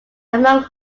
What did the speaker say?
among